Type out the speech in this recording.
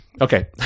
Okay